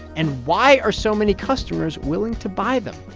and why are so many customers willing to buy them?